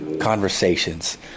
conversations